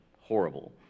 horrible